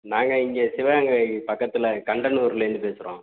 நாங்கள் இங்கே சிவகங்கை பக்கத்தில் கண்டனூர்லேருந்து பேசுகிறோம்